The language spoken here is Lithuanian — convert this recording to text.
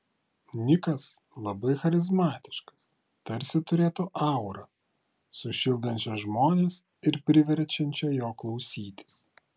nikas labai charizmatiškas tarsi turėtų aurą sušildančią žmones ir priverčiančią jo klausytis